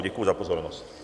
Děkuji za pozornost.